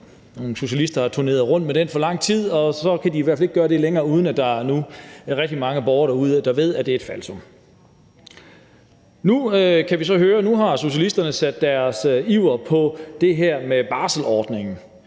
Nogle socialister havde turneret rundt med det for lang tid, og det kan de i hvert fald ikke gøre længere, uden at der nu er rigtig mange borgere derude, der ved, at det er et falsum. Nu kan vi så høre, at socialisterne har sat deres iver ind på det her med barselsordningen.